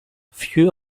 few